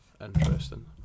interesting